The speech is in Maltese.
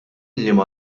liema